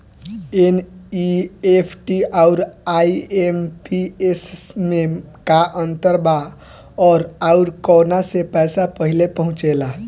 NEFT आउर IMPS मे का अंतर बा और आउर कौना से पैसा पहिले पहुंचेला?